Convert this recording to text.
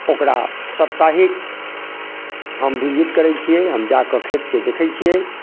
ओकरा सप्ताहिक हम विजिट करै छियै हम जा कऽ खेतके देखै छियै